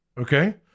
Okay